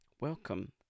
welcome